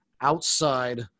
outside